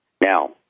Now